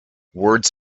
words